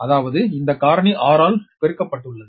அதாவது இந்த காரணி r ஆல் பெருக்கப்பட்டுள்ளது